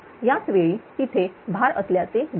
याच वेळी तिथे भार असल्याचे दिसेल